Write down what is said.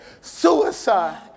suicide